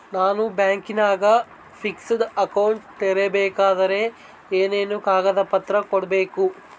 ನಾನು ಬ್ಯಾಂಕಿನಾಗ fixed account ತೆರಿಬೇಕಾದರೆ ಏನೇನು ಕಾಗದ ಪತ್ರ ಕೊಡ್ಬೇಕು?